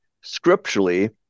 scripturally